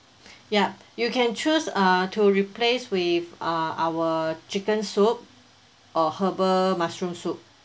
ya you can choose uh to replace with uh our chicken soup or herbal mushroom soup